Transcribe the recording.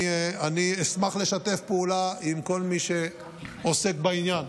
אני אשמח לשתף פעולה עם כל מי שעוסק בעניין.